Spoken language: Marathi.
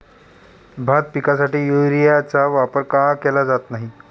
भात पिकासाठी युरियाचा वापर का केला जात नाही?